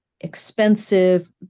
expensive